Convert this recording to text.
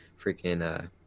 freaking